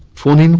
for um